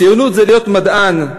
ציונות זה להיות מדען,